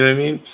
yeah mean,